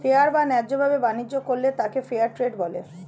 fair বা ন্যায় ভাবে বাণিজ্য করলে তাকে ফেয়ার ট্রেড বলে